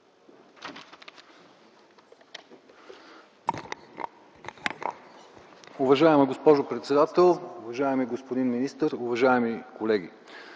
Уважаема госпожо председател, уважаеми господин министър, уважаеми колеги!